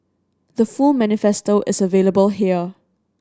the full manifesto is available here